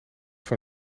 van